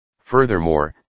Furthermore